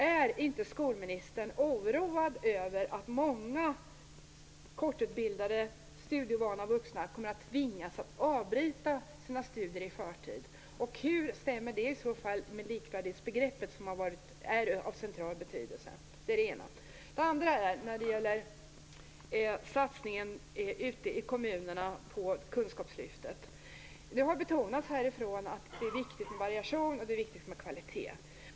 Är inte skolministern oroad över att många kortutbildade studievana vuxna kommer att tvingas avbryta sina studier i förtid? Hur stämmer det i så fall med likvärdighetsbegreppet, som är av central betydelse? Min andra fråga gäller satsningen ute i kommunerna på kunskapslyftet. Det har betonats härifrån att det är viktigt med variation och kvalitet.